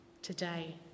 today